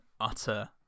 utter